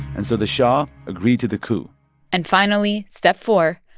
and so the shah agreed to the coup and finally, step four,